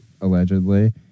allegedly